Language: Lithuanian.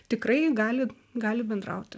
tikrai gali gali bendrauti